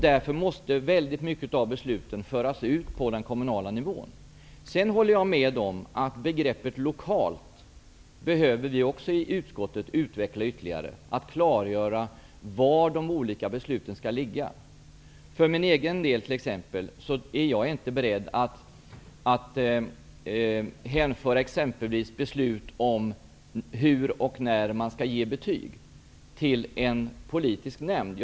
Därför måste många beslut föras ut till den kommunala nivån. Sedan håller jag med om att begreppet ''lokalt'' behöver utvecklas ytterligare i utskottet. Vi måste klargöra var ansvaret för de olika besluten skall ligga. För min egen del är jag inte beredd att hänföra t.ex. beslut om hur och när betyg skall ges till en politisk nämnd.